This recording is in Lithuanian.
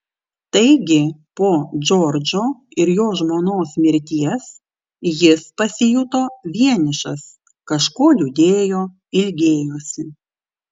taigi po džordžo ir jo žmonos mirties jis pasijuto vienišas kažko liūdėjo ilgėjosi